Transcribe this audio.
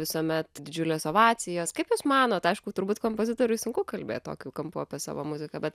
visuomet didžiulės ovacijos kaip jūs manot aišku turbūt kompozitoriui sunku kalbėt tokiu kampu apie savo muziką bet